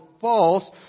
false